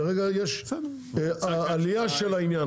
כרגע יש עלייה של העניין,